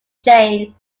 chain